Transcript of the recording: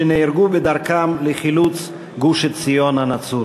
שנהרגו בדרכם לחילוץ גוש-עציון הנצור.